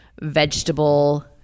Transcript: vegetable